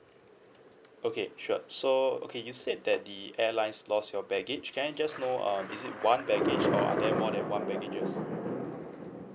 okay sure so okay you said that the airlines lost your baggage can I just know uh is it one baggage or are there more than one baggages